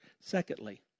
Secondly